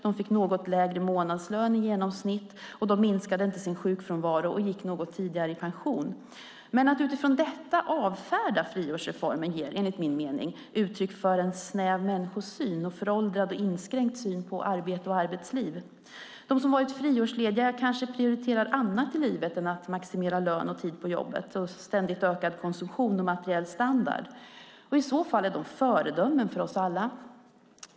De fick något lägre månadslön i genomsnitt, minskade inte sin sjukfrånvaro och gick något tidigare i pension. Men att utifrån detta avfärda friårsreformen ger enligt min mening uttryck för en snäv människosyn och en föråldrad och inskränkt syn på arbete och arbetsliv. De som varit friårslediga kanske prioriterar annat i livet än att maximera lön och tid på jobbet och en ständigt ökad konsumtion och materiell standard. I så fall är de föredömen för oss alla.